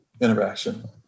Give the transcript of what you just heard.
interaction